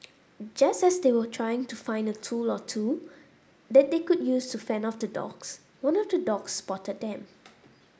just as they were trying to find a tool or two that they could use to fend off the dogs one of the dogs spotted them